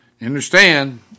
understand